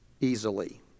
easily